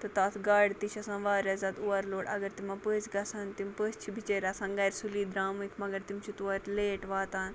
تہٕ تَتھ گاڑِ تہِ چھِ آسان واریاہ زیادٕ اوٚوَر لوڈ اَگر تِمَن پٔژھۍ گژھَن تِم پٔژھۍ چھِ بِچٲرۍ آسان گَرِ سُلی درٛامٕتۍ مگر تِم چھِ تور لیٹ واتان